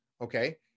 Okay